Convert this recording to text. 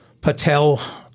Patel